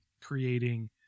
creating